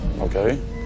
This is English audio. Okay